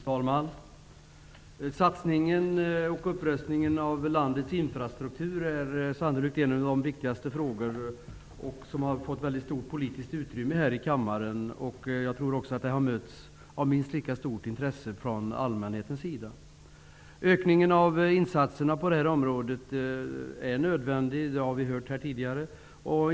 Fru talman! Satsningen på upprustning av landets infrastruktur är sannolikt en av de viktigaste frågorna. Den har fått ett mycket stort politiskt utrymme här i kammaren. Jag tror också att den har mötts av ett minst lika stort intresse från allmänhetens sida. En ökning av de ekonomiska insatserna på detta område är nödvändig, vilket vi hört här tidigare i dag.